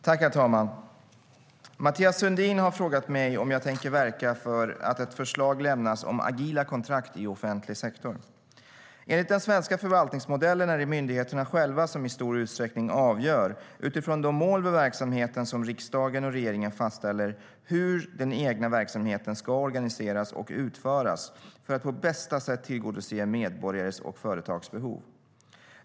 Herr talman! Mathias Sundin har frågat mig om jag tänker verka för att ett förslag lämnas om agila kontrakt i offentlig sektor. Enligt den svenska förvaltningsmodellen är det myndigheterna själva som utifrån de mål för verksamheten som riksdagen och regeringen fastställer i stor utsträckning avgör hur den egna verksamheten ska organiseras och utföras för att på bästa sätt tillgodose medborgares och företags behov.